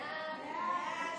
ההצעה